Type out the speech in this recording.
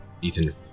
Ethan